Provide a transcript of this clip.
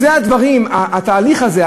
התהליך הזה,